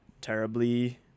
terribly